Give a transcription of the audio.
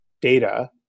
data